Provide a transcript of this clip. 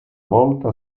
volta